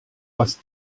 was